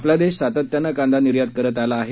आपला देश सातत्यानं कांदा निर्यात करत आला आहे